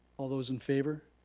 all those in favour?